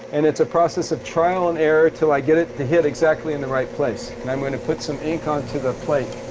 and it's a process of trial and error til i get it to hit exactly in the right place. and i'm going to put some ink onto the plate.